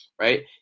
Right